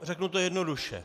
Řeknu to jednoduše.